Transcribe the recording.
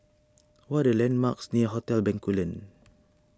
what the landmarks near Hotel Bencoolen